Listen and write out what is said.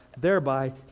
thereby